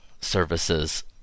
services